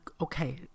okay